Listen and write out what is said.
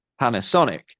panasonic